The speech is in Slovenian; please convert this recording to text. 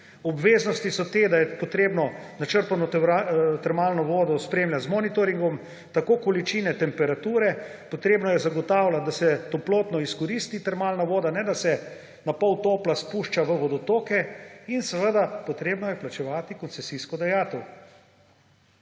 Obveznosti so te, da je treba načrpano termalno vodo spremljati z monitoringom, tako količine, temperature, treba je zagotavljati, da se toplotno izkoristi termalna voda, ne da se napol topla izpušča v vodotoke, in seveda treba je plačevati koncesijsko dajatev.